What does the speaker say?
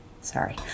Sorry